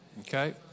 Okay